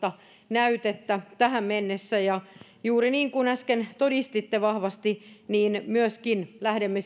näytettä tähän mennessä ja juuri niin kuin äsken todistitte vahvasti myöskin lähdemme